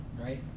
right